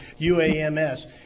UAMS